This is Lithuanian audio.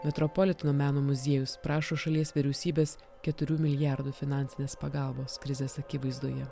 metropoliteno meno muziejus prašo šalies vyriausybės keturių milijardų finansinės pagalbos krizės akivaizdoje